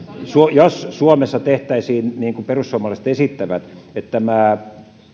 jos suomessa tehtäisiin niin kuin perussuomalaiset esittävät että tämä